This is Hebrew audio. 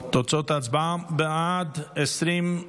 תוצאות ההצבעה: בעד, 20,